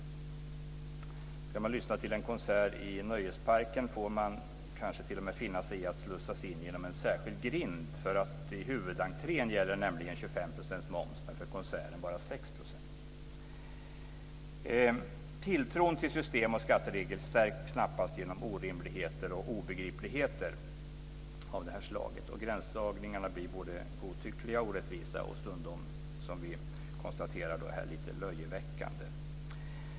Ska man lyssna till en konsert i nöjesparken får man kanske t.o.m. finna sig i att slussas in genom en särskild grind, för i huvudentrén gäller nämligen 25 % moms men för konserten bara Tilltron till system och skatteregler stärks knappast genom orimligheter och obegripligheter av det här slaget. Gränsdragningarna blir både godtyckliga och orättvisa och stundom lite löjeväckande, som vi har konstaterat här.